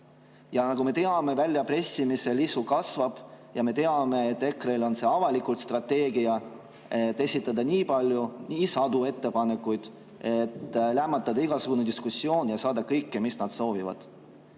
Nagu me teame, väljapressimisel isu kasvab, ja me teame, et EKRE avalik strateegia on esitada nii palju, sadu ettepanekuid, et lämmatada igasugune diskussioon ja saada kõike, mida nad soovivad.